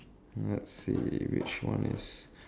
let's see which one is